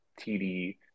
TD